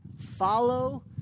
follow